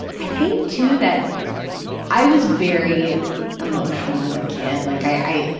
i think, too, that i was very emotional as a kid. like i,